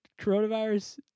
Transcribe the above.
coronavirus